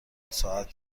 ساعت